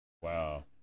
Wow